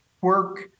work